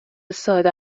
ساده